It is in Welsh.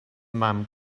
mam